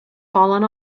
fallen